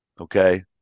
Okay